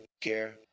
care